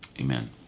Amen